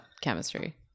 chemistry